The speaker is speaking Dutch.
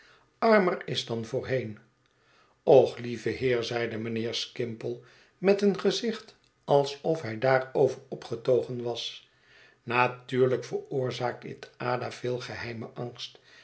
armer is dan voorheen och lieve heer zeide mijnheer skimple met een gezicht alsof hij daarover opgetogen was natuurlijk veroorzaakt dit ada veel geheimen angst